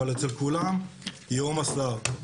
אבל אצל כולם יהום הסער,